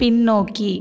பின்னோக்கி